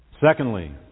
Secondly